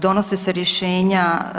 Donose se rješenja.